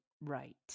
right